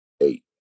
eight